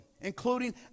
Including